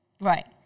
Right